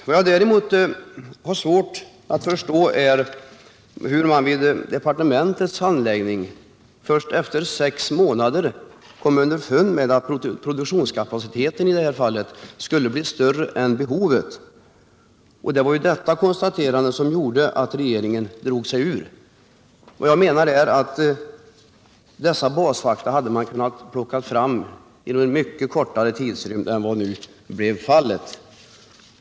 Vad jag däremot har svårt att förstå är att man vid departementets handläggning av detta fall först efter sex månader kom underfund med att produktionskapaciteten skulle bli större än behovet. Det var detta konstaterande som gjorde att regeringen drog sig ur. Jag menar att dessa basfakta hade man kunnat plocka fram inom en mycket kortare tidrymd än vad som blev fallet.